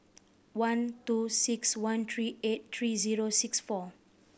one two six one three eight three zero six four